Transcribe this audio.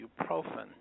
ibuprofen